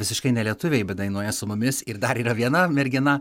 visiškai nelietuviai bet dainuoja su mumis ir dar yra viena mergina